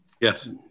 Yes